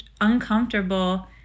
uncomfortable